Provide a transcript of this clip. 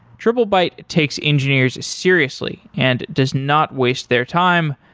triplebyte takes engineers seriously and does not waste their time,